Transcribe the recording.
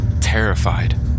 Terrified